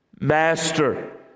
Master